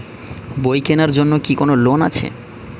বই কেনার জন্য কি কোন লোন আছে?